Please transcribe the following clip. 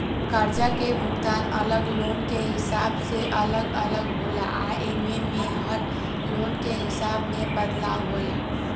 कर्जा के भुगतान अलग लोन के हिसाब से अलग अलग होला आ एमे में हर लोन के हिसाब से बदलाव होला